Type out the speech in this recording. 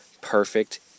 Perfect